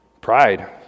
Pride